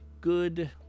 good